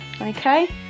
okay